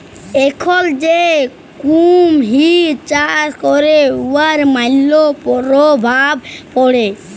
এখল যে কুমহির চাষ ক্যরে উয়ার ম্যালা পরভাব পড়ে